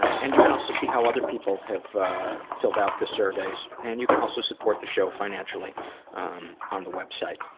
and you can also see how other people have filled out the surveys. and you can also suport the show financially on the website.